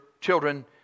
children